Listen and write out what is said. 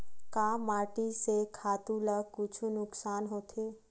का माटी से खातु ला कुछु नुकसान होथे?